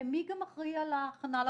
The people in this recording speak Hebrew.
מי גם אחראי על ההכנה לבחינה?